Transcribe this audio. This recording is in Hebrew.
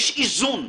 יש איזון.